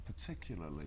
particularly